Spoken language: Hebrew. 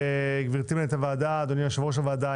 גברתי מנהלת הוועדה ואדוני יושב ראש הוועדה,